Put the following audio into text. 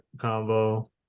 combo